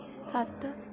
सत्त